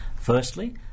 Firstly